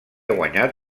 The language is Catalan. guanyat